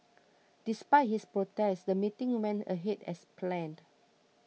despite his protest the meeting went ahead as planned